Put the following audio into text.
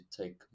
take